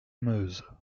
meuse